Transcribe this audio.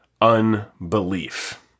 unbelief